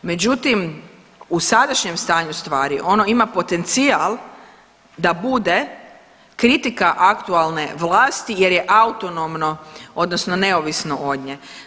Međutim, u sadašnjem stanju stvari ono ima potencijal da bude kritika aktualne vlasti jer je autonomno ovisno neovisno od nje.